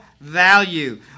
value